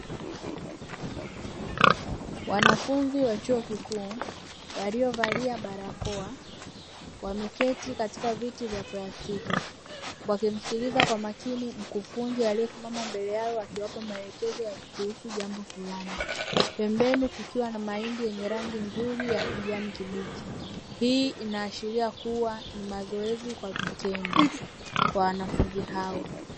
Wanafunzi wa chuo kikuu waliovalia barakoa wameketi katika viti vya plastiki wakimsikiliza kwa makini mkufunzi aliyesimama mbele yao akiwapa maelekezo kuhusu jambo fulani, pembeni kukiwa na mahindi yenye rangi nzuri ya kijani kibichi hii inaashiria kuwa ni mazoezi kwa vitendo kwa wanafunzi hao.